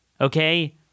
okay